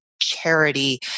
charity